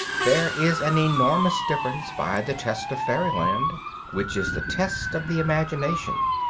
there is an enormous difference by the test of fairyland which is the test of the imagination.